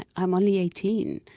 i'm only eighteen.